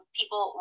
people